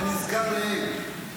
כנזכר לעיל,